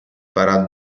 farà